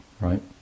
Right